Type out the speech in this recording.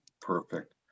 Perfect